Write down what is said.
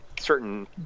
certain